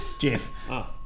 Jeff